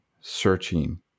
searching